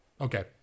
okay